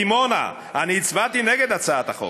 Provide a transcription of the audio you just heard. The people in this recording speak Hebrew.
בדימונה: אני הצבעתי נגד הצעת החוק.